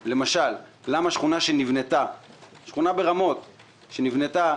למשל: למה שכונה ברמות שנבנתה,